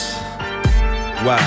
Wow